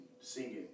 singing